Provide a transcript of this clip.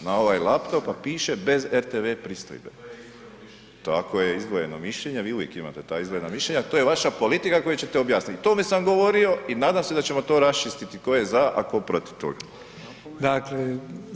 na ovaj laptop, a piše bez RTV pristojbe … [[Upadica se ne razumije.]] tako je izdvojeno mišljenje, vi uvijek imate ta izdvojena mišljenja, to je vaša politika koju ćete objasniti i o tome sam govorio i nadam se da ćemo to raščistiti tko je za, a tko protiv toga.